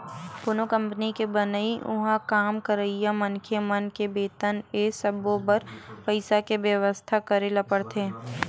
कोनो कंपनी के बनई, उहाँ काम करइया मनखे मन के बेतन ए सब्बो बर पइसा के बेवस्था करे ल परथे